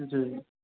जी